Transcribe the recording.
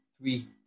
three